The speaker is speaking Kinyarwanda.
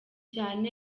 cyane